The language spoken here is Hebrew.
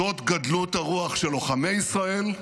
זאת גדלות הרוח של לוחמי ישראל,